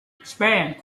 expand